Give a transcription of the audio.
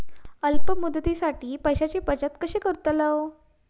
अल्प मुदतीसाठी पैशांची बचत कशी करतलव?